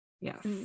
Yes